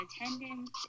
attendance